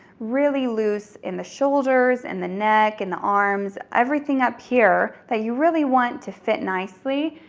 really loose in the shoulders, in the neck, in the arms, everything up here that you really want to fit nicely,